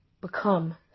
become